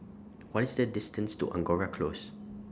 What IS The distance to Angora Close